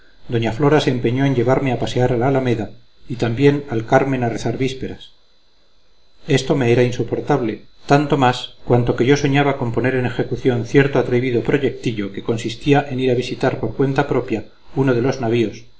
doña flora se empeñó en llevarme a pasear a la alameda y también al carmen a rezar vísperas esto me era insoportable tanto más cuanto que yo soñaba con poner en ejecución cierto atrevido proyectillo que consistía en ir a visitar por cuenta propia uno de los navíos